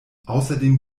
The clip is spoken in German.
außerdem